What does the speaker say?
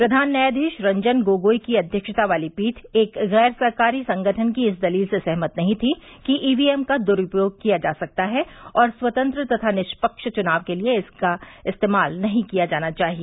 प्रधान न्यायाधीश रंजन गोगोई की अध्यक्षता वाली पीठ एक गैर सरकारी संगठन की इस दलील से सहमत नहीं थी कि ईवीएम का दुरूपयोग किया जा सकता है और स्वतंत्र तथा निष्पक्ष चुनाव के लिए इनका इस्तेमाल नहीं किया जाना चाहिए